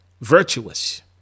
Virtuous